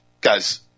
Guys